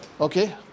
okay